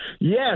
yes